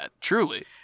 Truly